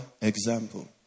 example